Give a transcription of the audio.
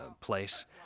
place